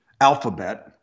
Alphabet